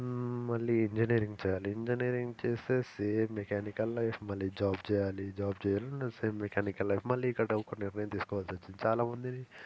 మళ్ళీ ఇంజనీరింగ్ చేయాలి ఇంజనీరింగ్ చేసేసి సేమ్ మెకానికల్ లైఫ్ మళ్ళీ జాబ్ చేయాలి జాబ్ చేయాలి మళ్ళీ సేమ్ మెకానికల్ లైఫ్ మళ్ళీ ఇక్కడ ఒక నిర్ణయం తీసుకోవాల్సి వచ్చింది చాలా మందిని